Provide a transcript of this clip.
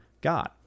God